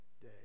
day